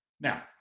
Now